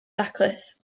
daclus